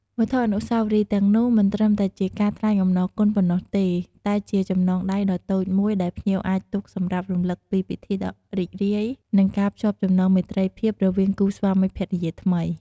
វត្ថុអនុស្សាវរីយ៍ទាំងនោះមិនត្រឹមតែជាការថ្លែងអំណរគុណប៉ុណ្ណោះទេ តែជាចំណងដៃដ៏តូចមួយដែលភ្ញៀវអាចទុកសម្រាប់រំឭកពីពិធីដ៏រីករាយ និងការភ្ជាប់ចំណងមេត្រីភាពរវាងគូស្វាមីភរិយាថ្មី។